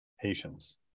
Patience